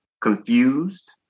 confused